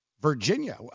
Virginia